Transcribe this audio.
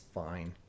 fine